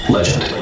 Legend